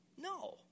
No